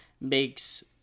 makes